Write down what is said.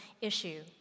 issue